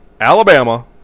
Alabama